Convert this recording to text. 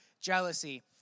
Jealousy